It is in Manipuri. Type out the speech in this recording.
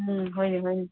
ꯎꯝ ꯍꯣꯏꯅꯦ ꯍꯣꯏꯅꯦ